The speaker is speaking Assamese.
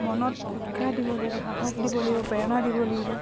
মনত উৎসাহ দিব লাগিব সাহস দিব লাগিব প্ৰেৰণা দিব লাগিব